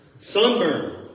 sunburn